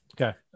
Okay